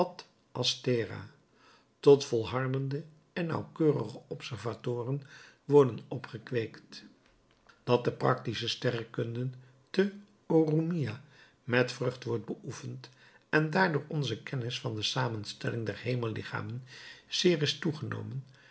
astera tot volhardende en nauwkeurige observatoren worden opgekweekt dat de praktische sterrekunde te oroemiah met vrucht wordt beoefend en daardoor onze kennis van de samenstelling der hemellichamen zeer is toegenomen